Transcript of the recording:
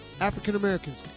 African-Americans